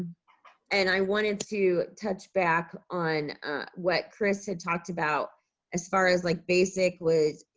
and i wanted to touch back on what chris had talked about as far as like basic with,